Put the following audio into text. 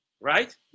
Right